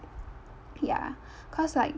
ya cause like